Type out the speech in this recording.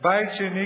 בבית שני,